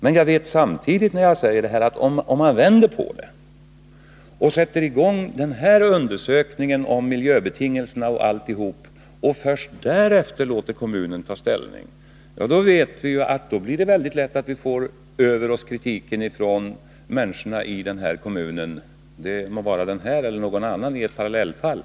Men, om man vänder på det hela och sätter i gång undersökningen om miljöbetingelserna etc. och först därefter låter kommunen ta ställning — då vet vi att det väldigt lätt blir så att vi får kritik från människorna i en kommun — det må vara den här kommunen eller någon annan i ett parallellfall.